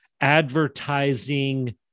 advertising